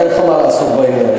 אין לך מה לעשות בעניין הזה.